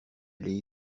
aller